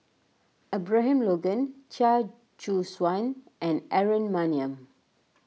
Abraham Logan Chia Choo Suan and Aaron Maniam